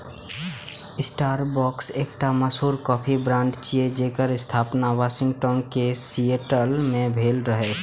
Starbucks एकटा मशहूर coffee brand छियै, जेकर स्थापना वाशिंगटन के सिएटल मे भेल रहै